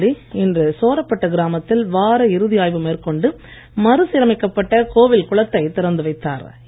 கிரண்பேடி இன்று சோரப்பட்டு கிராமத்தில் வார இறுதி ஆய்வு மேற்கொண்டு மறுசீரமைக்கப்பட்ட கோவில் குளத்தை திறந்து வைத்தார்